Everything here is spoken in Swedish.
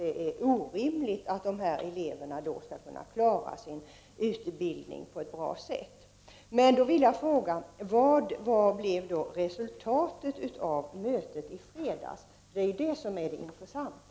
Det är orimligt att anta att dessa elever skall klara sin utbildning på ett bra sätt. Jag vill då fråga: Vad blev resultatet av mötet i fredags? Det är detta som är det intressanta.